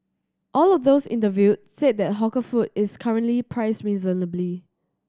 all of those interviewed said that hawker food is currently priced reasonably